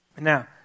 Now